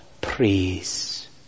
praise